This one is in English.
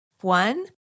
One